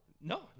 no